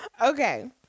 Okay